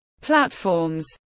platforms